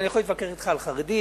אני יכול להתווכח אתך על חרדים,